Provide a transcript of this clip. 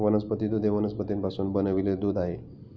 वनस्पती दूध हे वनस्पतींपासून बनविलेले दूध आहे